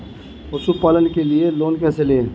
पशुपालन के लिए लोन कैसे लें?